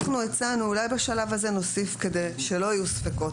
אנחנו הצענו אולי בשלב הזה נוסיף כדי שלא יהיו ספקות,